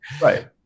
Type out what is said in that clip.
Right